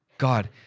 God